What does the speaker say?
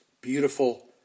beautiful